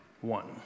One